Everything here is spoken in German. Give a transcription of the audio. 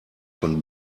von